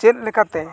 ᱪᱮᱫ ᱞᱮᱠᱟᱛᱮ